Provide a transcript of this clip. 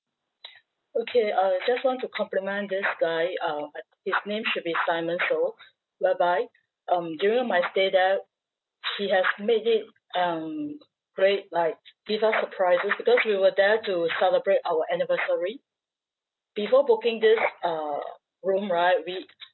okay uh just want to compliment this guy um I think his name should be simon sow whereby um during my stay there he has made it um great like give us surprises because we were there to celebrate our anniversary before booking this uh room right we